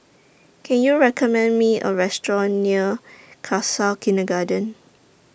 Can YOU recommend Me A Restaurant near Khalsa Kindergarten